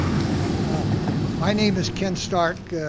ah my name is ken starck,